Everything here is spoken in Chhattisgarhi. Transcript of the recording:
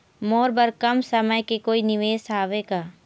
मोर बर कम समय के कोई निवेश हावे का?